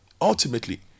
ultimately